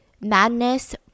Madness